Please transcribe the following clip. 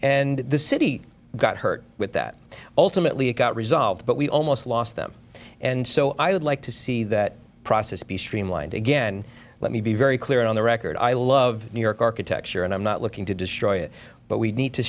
and the city got hurt with that ultimately it got resolved but we almost lost them and so i would like to see that process be streamlined again let me be very clear on the record i love new york architecture and i'm not looking to destroy it but we need to